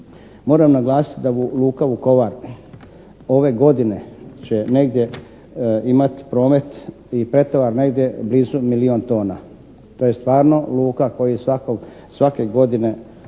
Moram naglasiti da luka Vukovar ove godine će negdje imati promet i pretovar negdje blizu milijun tona. To je stvarno luka koja svako,